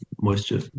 moisture